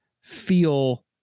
feel